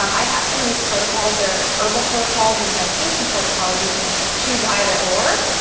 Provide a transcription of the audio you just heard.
um i have some of these protocols, they're herbal protocols and medication protocols, you can choose either or,